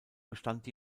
bestand